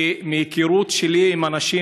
כי מההיכרות שלי עם האנשים,